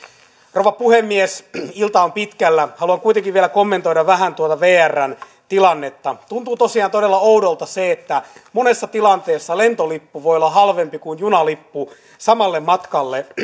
rouva puhemies ilta on pitkällä haluan vielä kuitenkin kommentoida vähän tuota vrn tilannetta tuntuu tosiaan oudolta se että monessa tilanteessa lentolippu voi olla halvempi kuin junalippu samalle matkalle